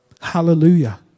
Hallelujah